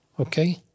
Okay